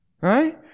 right